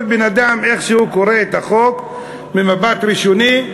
כל בן-אדם, איך שהוא קורא את החוק, במבט ראשוני,